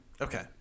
Okay